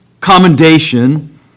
commendation